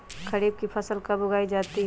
खरीफ की फसल कब उगाई जाती है?